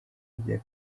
rya